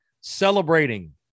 celebrating